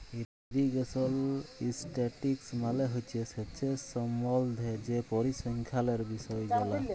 irrigation statistics মালে হছে সেঁচের সম্বল্ধে যে পরিসংখ্যালের বিষয় জালা